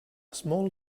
small